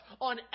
on